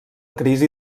crisi